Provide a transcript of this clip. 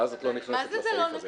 ואז את לא נכנסת לסעיף הזה.